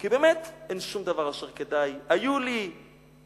כי באמת אין שום דבר אשר כדאי: היו לי עקרונות,